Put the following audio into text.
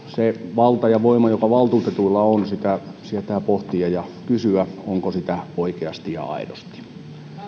valtaa ja voimaa joka valtuutetuilla on sietää pohtia ja sietää kysyä onko sitä oikeasti ja aidosti